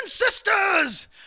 sisters